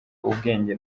ubwenge